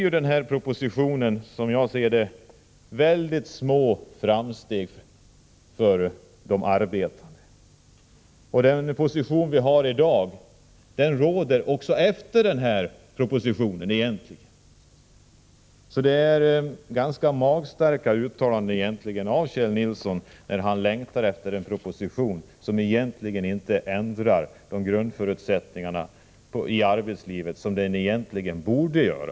Därför innebär propositionen mycket små framsteg för - arbetarna. Egentligen kommer vi att ha samma förhållanden efter det att Företagshälsovård propositionsförslagen har genomförts. Så Kjell Nilsson gör sig skyldig till ett och arbetsanpassganska magstarkt uttalande, när han säger att han längtat efter en proposining tion — en proposition som egentligen inte ändrar arbetslivets grundförutsättningar, vilket den egentligen hade bort göra.